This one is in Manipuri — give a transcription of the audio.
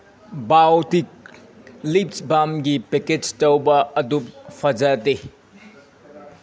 ꯕꯥꯎꯇꯤꯛ ꯂꯤꯞꯁ ꯕꯥꯝꯒꯤ ꯄꯦꯀꯦꯁ ꯇꯧꯕ ꯑꯗꯨ ꯐꯖꯗꯦ